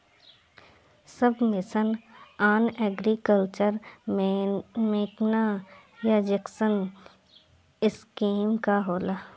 सब mission on agriculture mechanization scheme का होला?